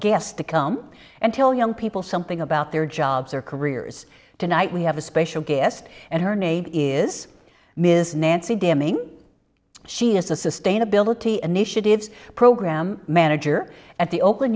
guest to come and tell young people something about their jobs or careers tonight we have a special guest and her name is miss nancy damning she is a sustainability initiatives program manager at the o